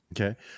Okay